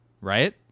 Right